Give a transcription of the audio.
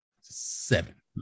seven